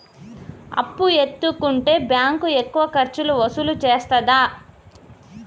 అప్పు ఎత్తుకుంటే బ్యాంకు ఎక్కువ ఖర్చులు వసూలు చేత్తదా?